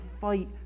fight